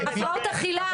הפרעות אכילה,